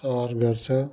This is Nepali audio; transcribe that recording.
सहर भेट्छ